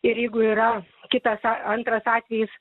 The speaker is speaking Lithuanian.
ir jeigu yra kitas antras atvejis